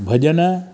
भॼन